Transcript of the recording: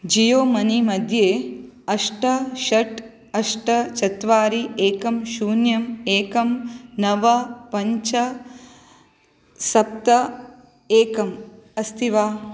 Jio money मध्ये अष्ट षट् अष्ट चत्वारि एकम् शून्यम् एकम् नव पञ्च सप्त एकम् अस्ति वा